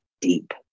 deep